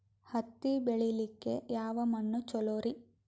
ಹತ್ತಿ ಬೆಳಿಲಿಕ್ಕೆ ಯಾವ ಮಣ್ಣು ಚಲೋರಿ?